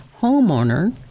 homeowner